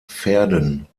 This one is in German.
verden